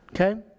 Okay